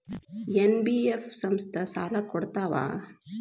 NBF ಸಂಸ್ಥಾ ಸಾಲಾ ಕೊಡ್ತಾವಾ?